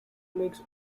makes